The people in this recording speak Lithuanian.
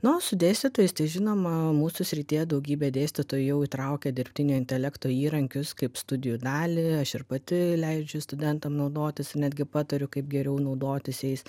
na o su dėstytojais tai žinoma mūsų srityje daugybė dėstytojų jau įtraukia dirbtinio intelekto įrankius kaip studijų dalį aš ir pati leidžiu studentam naudotis ir netgi patariu kaip geriau naudotis jais